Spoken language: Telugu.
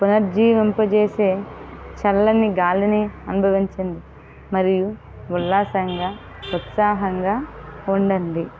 పునర్జీవింప చేసే చల్లని గాలిని అనుభవించండి మరియు ఉల్లాసంగా ఉత్సాహంగా ఉండండి